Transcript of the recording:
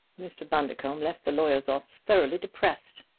mr. bundercombe left the lawyer's office thoroughly depressed.